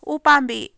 ꯎꯄꯥꯝꯕꯤ